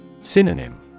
Synonym